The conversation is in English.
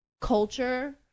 culture